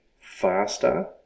faster